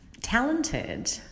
talented